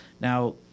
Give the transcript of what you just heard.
Now